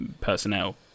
personnel